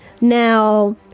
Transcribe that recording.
Now